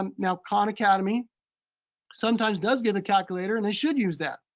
um now khan academy sometimes does give a calculator and they should use that,